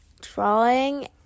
drawing